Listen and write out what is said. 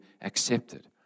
accepted